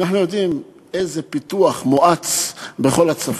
ואנחנו יודעים איזה פיתוח מואץ יש בכל הצפון,